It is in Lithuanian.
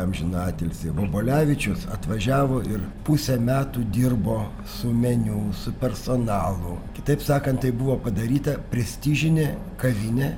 amžiną atilsį vobolevičius atvažiavo ir pusę metų dirbo su meniu su personalu kitaip sakant tai buvo padaryta prestižinė kavinė